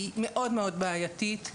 מאוד-מאוד בעייתית,